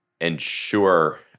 ensure